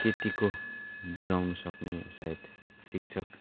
त्यतिको बुझाउँनु सक्ने सायद शिक्षक